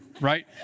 right